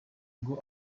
ngo